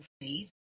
faith